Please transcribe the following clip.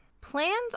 Plans